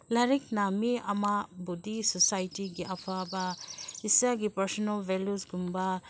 ꯂꯥꯏꯔꯤꯛꯅ ꯃꯤ ꯑꯃꯕꯨꯗꯤ ꯁꯣꯁꯥꯏꯇꯤꯒꯤ ꯑꯐꯕ ꯏꯁꯥꯒꯤ ꯄꯥꯔꯁꯣꯅꯦꯜ ꯚꯦꯂ꯭ꯌꯨꯖꯀꯨꯝꯕ